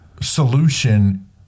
solution